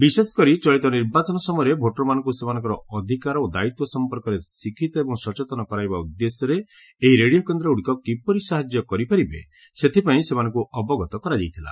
ବିଶେଷକରି ଚଳିତ ନିର୍ବାଚନ ସମୟରେ ଭୋଟରମାନଙ୍କୁ ସେମାନଙ୍କର ଅଧିକାର ଓ ଦାୟିତ୍ୱ ସଂପର୍କରେ ଶିକ୍ଷିତ ଏବଂ ସଚେତନ କରାଇବା ଉଦ୍ଦେଶ୍ୟରେ ଏହି ରେଡିଓ କେନ୍ଦ୍ରଗୁଡ଼ିକ କିପରି ସାହାଯ୍ୟ କରିପାରିବେ ସେଥିପାଇଁ ସେମାନଙ୍କୁ ଅବଗତ କରାଯାଇଥିଲା